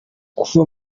kuva